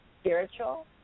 spiritual